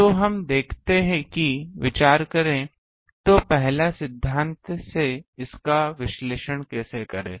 तो हम देखते हैं कि विचार करें तो पहले सिद्धांत से इसका विश्लेषण कैसे करें